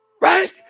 Right